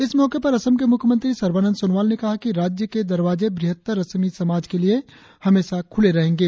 इस मौके पर असम के मुख्यमंत्री सर्बानंद सोनोवाल ने कहा है कि राज्य के दरवाजे वृहत्तर असमी समाज के लिए हमेशा खूले रहेंगे